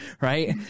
Right